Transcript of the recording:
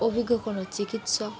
অভিজ্ঞ কোনো চিকিৎসক